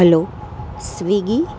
hello Swiggy